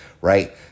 right